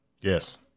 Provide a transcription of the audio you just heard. Yes